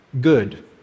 good